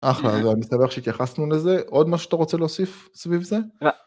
אחלה, מסתבר שהתייחסנו לזה. עוד משהו שאתה רוצה להוסיף סביב זה? לא